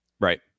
Right